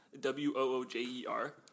W-O-O-J-E-R